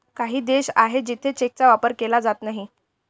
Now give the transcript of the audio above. काही देश आहे जिथे चेकचा वापर केला जात नाही